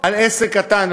על עסק קטן,